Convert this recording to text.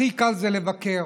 הכי קל זה לבקר.